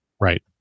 right